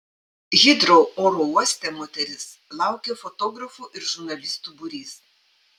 hitrou oro uoste moteris laukė fotografų ir žurnalistų būrys